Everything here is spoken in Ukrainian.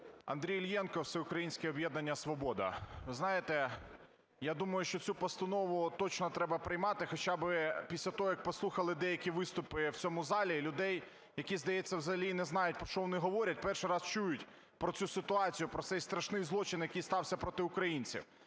Андрій Іллєнко, "Всеукраїнське об'єднання "Свобода". Ви знаєте, я думаю, що цю постанову точно треба приймати хоча би після того, як послухали деякі виступи в цьому залі людей, які, здається, взагалі не знають, про що вони говорять, перший раз чують про цю ситуацію, про цей страшний злочин, який стався проти українців.